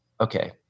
okay